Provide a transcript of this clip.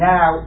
Now